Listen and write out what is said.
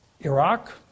Iraq